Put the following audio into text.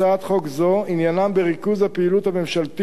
חוק זו עניינם בריכוז הפעילות הממשלתית